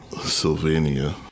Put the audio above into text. sylvania